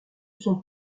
sont